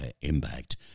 Impact